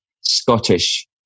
Scottish